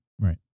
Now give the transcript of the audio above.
Right